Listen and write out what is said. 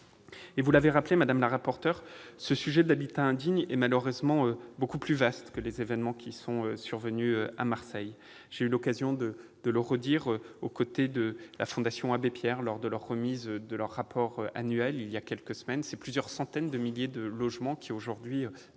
Vous l'avez rappelé, madame la rapporteure, ce sujet de l'habitat indigne est malheureusement beaucoup plus vaste que les événements survenus à Marseille. J'ai eu l'occasion de le redire devant la Fondation Abbé Pierre, lors de la remise de son rapport annuel, voilà quelques semaines, plusieurs centaines de milliers de logements ont aujourd'hui, dans